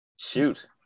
Shoot